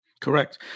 Correct